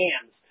hands